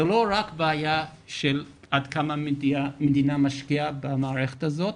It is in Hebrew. זה לא רק בעיה של עד כמה המדינה משקיעה במערכת הזאת,